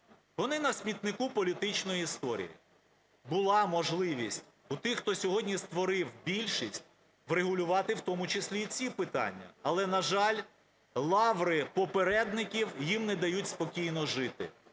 Вони на смітнику політичної історії. Була можливість у тих, хто сьогодні створив більшість, врегулювати в тому числі і ці питання. Але, на жаль, лаври попередників їм не дають спокійно жити.